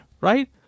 right